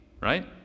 right